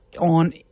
on